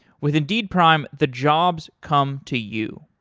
with indeed prime, the jobs come to you.